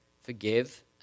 Forgive